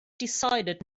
decided